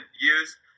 use